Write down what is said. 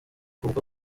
ubwo